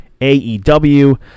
AEW